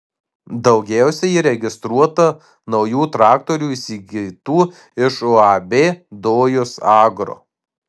daugiausiai įregistruota naujų traktorių įsigytų iš uab dojus agro